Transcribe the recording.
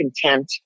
content